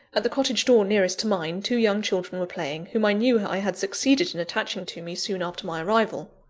at the cottage-door nearest to mine, two young children were playing, whom i knew i had succeeded in attaching to me soon after my arrival.